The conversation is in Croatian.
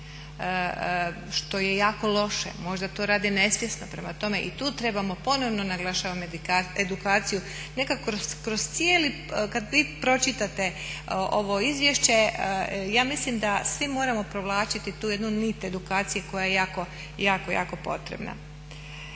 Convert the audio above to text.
što je jako loše. Možda to rade nesvjesno. Prema tome i tu trebamo ponovno naglašavam edukaciju. Nekako kroz cijeli kad vi pročitate ovo izvješće, ja mislim da svi moramo provlačiti tu jednu nit edukacije koja je jako, jako potrebna.